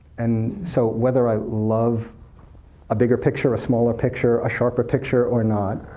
and so whether i love a bigger picture, a smaller picture, a sharper picture, or not,